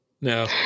No